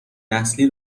نسلی